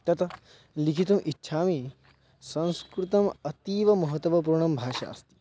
तत् लिखितुम् इच्छामि संस्कृतम् अतीवमहत्त्वपूर्णा भाषा अस्ति